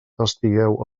estigueu